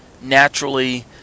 naturally